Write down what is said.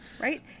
right